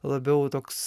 labiau toks